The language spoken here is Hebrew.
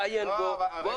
תעיין בו -- רגע,